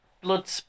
blood